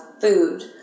food